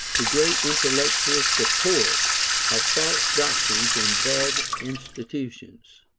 the great intellectual support of false doctrines and bad institutions.